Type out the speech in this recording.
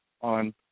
on